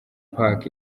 park